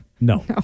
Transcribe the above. no